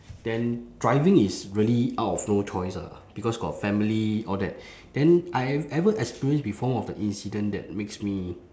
then driving is really out of no choice lah because got family all that then I have ever experienced before one of the incident that makes me